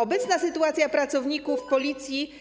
Obecna sytuacja pracowników Policji